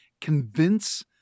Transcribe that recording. convince